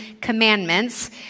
commandments